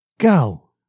go